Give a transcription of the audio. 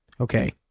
Okay